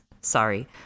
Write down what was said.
sorry